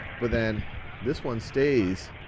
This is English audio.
but then this one stays,